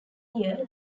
year